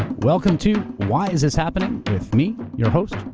welcome to why is this happening with me, your host,